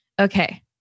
Okay